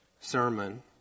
sermon